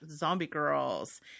zombiegirls